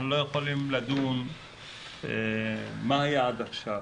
אנחנו לא יכולים לדון מה היה עד עכשיו,